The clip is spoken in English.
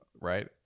right